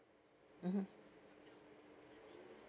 mmhmm